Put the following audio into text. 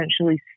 essentially